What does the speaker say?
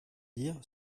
dire